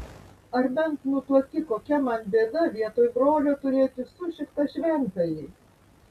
ar bent nutuoki kokia man bėda vietoj brolio turėti sušiktą šventąjį